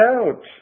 out